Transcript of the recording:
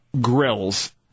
grills